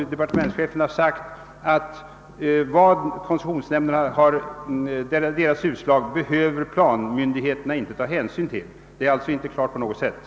Departementschefen har nämligen uttalat att planmyndigheterna är obundna av koncessionsnämndens utslag.